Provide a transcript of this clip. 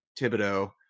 thibodeau